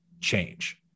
change